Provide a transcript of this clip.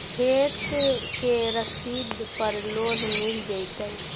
खेत के रसिद पर का लोन मिल जइतै?